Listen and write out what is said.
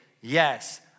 yes